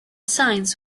signs